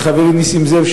וחברי נסים זאב,